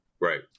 right